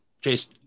Chase